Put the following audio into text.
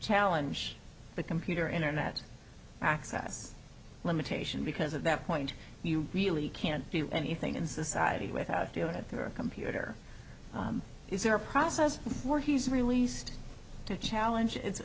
challenge the computer internet access limitation because of that point you really can't do anything in society without doing it through a computer is there a process where he's released to challenge